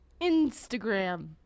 instagram